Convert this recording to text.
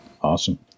Awesome